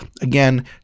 again